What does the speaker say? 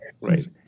right